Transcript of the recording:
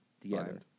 together